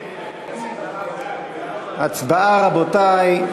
הצבעה, רבותי.